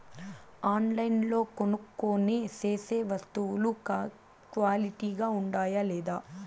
ఆన్లైన్లో కొనుక్కొనే సేసే వస్తువులు క్వాలిటీ గా ఉండాయా లేదా?